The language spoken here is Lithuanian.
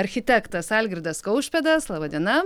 architektas algirdas kaušpėdas laba diena